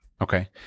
okay